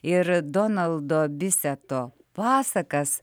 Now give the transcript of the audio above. ir donaldo biseto pasakas